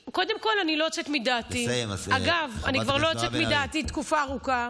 לסיים, חברת הכנסת בן ארי.